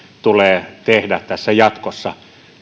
tulee tehdä jatkossa